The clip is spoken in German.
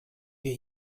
wir